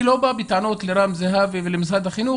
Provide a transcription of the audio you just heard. אני לא בא בטענות לרם זהבי ולמשרד החינוך